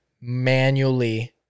manually